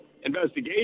investigation